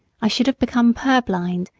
i should have become purblind,